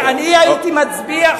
אני הייתי מצביע,